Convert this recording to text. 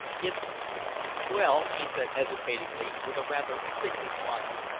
it's well he said hesitatingly, with a rather sickly smile.